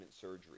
surgery